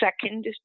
second